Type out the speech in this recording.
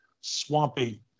swampy